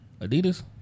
Adidas